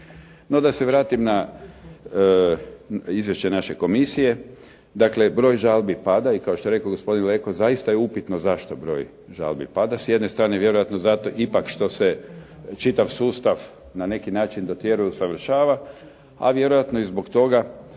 No da se vratim na izvješće naše komisije. Dakle broj žalbi pada i kao što je rekao gospodin Leko, zaista je upitno zašto broj žalbi pada. S jedne strane vjerojatno zato ipak što se čitav sustav na neki način dotjeruje i usavršava, a vjerojatno i zbog toga